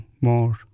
more